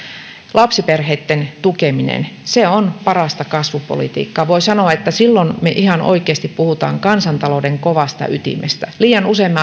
lapsiperheitten tukeminen on parasta kasvupolitiikkaa voi sanoa että silloin me ihan oikeasti puhumme kansantalouden kovasta ytimestä liian usein